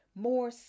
more